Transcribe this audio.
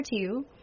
Two